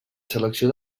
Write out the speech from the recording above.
selecció